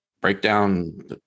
breakdown